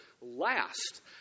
last